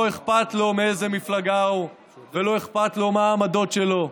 לא אכפת לו מאיזו מפלגה הוא ולא אכפת לו מה העמדות שלו.